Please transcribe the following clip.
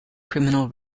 criminal